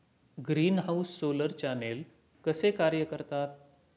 Greenhouse solar channel कसे कार्य करतात?